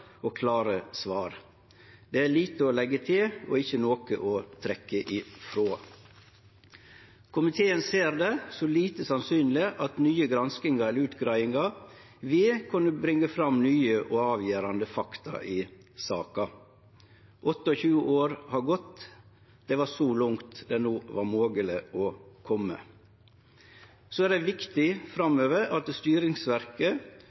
og klare svar. Det er lite å leggje til og ikkje noko å trekkje ifrå. Komiteen ser det som lite sannsynleg at nye granskingar eller utgreiingar vil kunne bringe fram nye og avgjerande fakta i saka. 28 år har gått – det var så langt det var mogleg å kome. Så er det viktig